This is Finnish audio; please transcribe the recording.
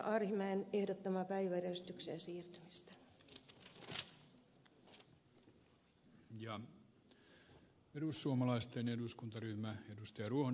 arhinmäen ehdottamaa päiväjärjestykseen siirtymistä